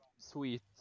sweet